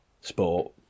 sport